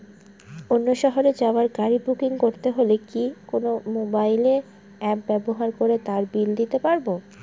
অন্য শহরে যাওয়ার গাড়ী বুকিং করতে হলে কি কোনো মোবাইল অ্যাপ ব্যবহার করে তার বিল দিতে পারব?